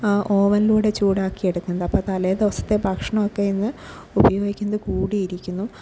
ഓവനിലൂടെ ചൂടാക്കി എടുക്കുന്നത് അപ്പോൾ തലേ ദിവസത്തെ ഭക്ഷണമൊക്കെ ഇന്ന് ഉപയോഗിക്കുന്നത് കൂടിയിരിക്കുന്നു